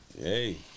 Hey